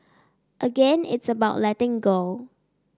again it's about letting go